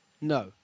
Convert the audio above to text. no